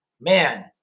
man